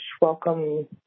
welcome